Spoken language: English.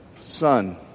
son